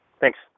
Thanks